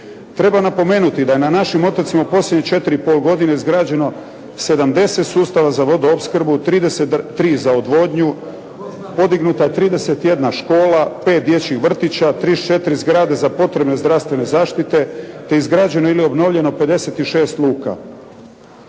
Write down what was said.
Treba napomenuti da je na našim otocima u posljednje 4 i pol godine izgrađeno 70 sustava za vodoopskrbu, 33 za odvodnju, podignuta je 31 škola, 5 dječjih vrtića, 34 zgrade za potrebe zdravstvene zaštite te izgrađeno ili obnovljeno 56 luka.